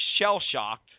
shell-shocked